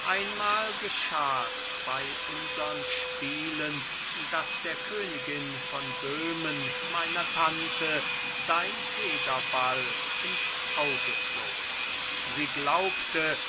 einmal geschahs bei unsern spielen daß der königin von böhmen meiner tante dein federball ins auge flog sie glaubte